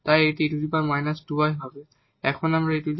তাই এটি e 2y হবে